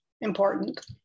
important